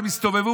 הם הסתובבו,